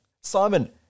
Simon